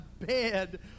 bed